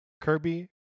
Kirby